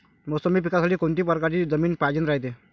मोसंबी पिकासाठी कोनत्या परकारची जमीन पायजेन रायते?